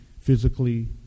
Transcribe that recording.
physically